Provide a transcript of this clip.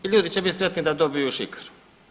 I ljudi će biti sretni da dobiju šikaru.